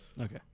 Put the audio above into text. Okay